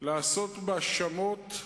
לעשות בה שמות,